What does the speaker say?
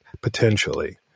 potentially